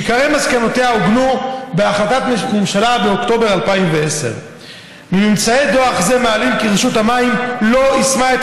שעיקרי מסקנותיה עוגנו בהחלטת ממשלה מאוקטובר 2010. ממצאי דוח זה מעלים כי רשות המים לא יישמה את